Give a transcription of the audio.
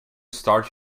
start